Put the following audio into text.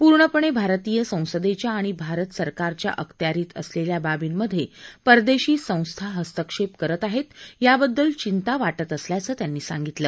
पूर्णपणे भारतीय संसदेच्या आणि भारत सरकारच्या अखत्यारित असलेल्या बाबींमधे परदेशी संस्था हस्तक्षेप करत आहेत याबद्दल चिंता वाटत असल्याचं त्यांनी सांगितलं